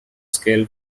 scale